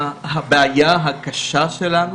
הבעיה הקשה שלנו,